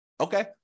Okay